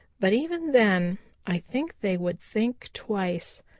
but even then i think they would think twice.